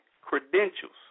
credentials